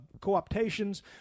co-optations